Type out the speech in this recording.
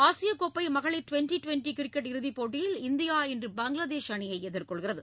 ஆசியக்கோப்பை மகளிர் twenty twenty cricket இறுதிப் போட்டியில் இந்தியா இன்று பங்ளாதேஷ் அணியை எதிர்கொள்கிறது